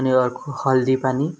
अनि अर्को हर्दी पानी